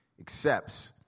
accepts